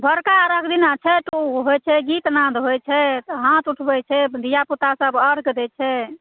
भोरका अर्घ्य दिना छठि होइ छै गीतनाद होइ छै हाथ उठबै छै धियापुता सब अर्घ्य दै छै